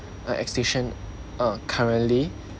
uh extinction uh currently